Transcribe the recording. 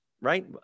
right